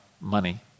money